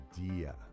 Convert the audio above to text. idea